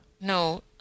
No